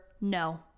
no